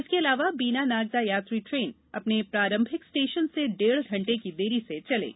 इसके अलावा बीना नागदा यात्री ट्रेन अपने प्रारंभिक स्टेशन से डेढ़ घंटे की देरी से चलेगी